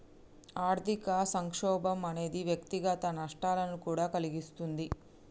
ఆర్థిక సంక్షోభం అనేది వ్యక్తిగత నష్టాలను కూడా కలిగిస్తుంది